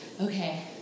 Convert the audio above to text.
Okay